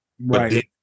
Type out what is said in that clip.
Right